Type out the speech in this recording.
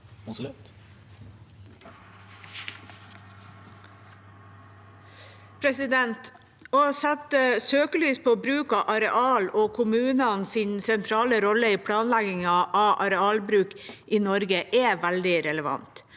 Å sette søkelys på bruk av arealer og kommunenes sentrale rolle i planleggingen av arealbruk i Norge er veldig relevant.